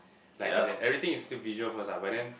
like as in anything is through visual first lah but then